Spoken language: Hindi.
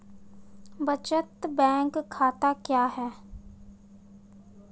बचत बैंक खाता क्या है?